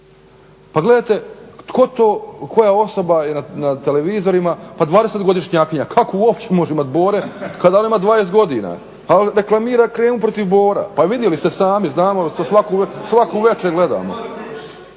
Pa gledajte tko to, koja osoba je na televizorima pa dvadeset godišnjakinja kako uopće može imati bore kada ona ima 20 godina, a reklamira kremu protiv bora. Pa vidjeli ste sami, znamo svaku večer gledamo,